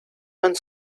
and